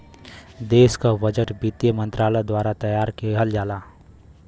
देश क बजट वित्त मंत्रालय द्वारा तैयार किहल जाला